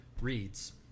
reads